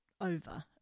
over